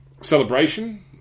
celebration